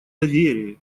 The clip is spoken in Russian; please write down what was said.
доверие